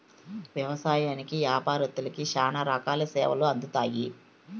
వ్యవసాయంకి యాపారత్తులకి శ్యానా రకాల సేవలు అందుతాయి